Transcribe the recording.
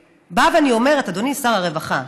אדוני שר הרווחה,